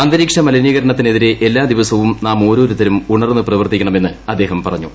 അന്തരീക്ഷ മല്ലിനീകരണത്തിനെതിരെ എല്ലാദിവസവും നാമോരോരുത്തരും ഉണ്ടർന്ന് പ്രവർത്തിക്കണമെന്ന് അദ്ദേഹം പറഞ്ഞു